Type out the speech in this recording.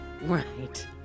Right